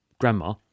grandma